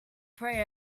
pray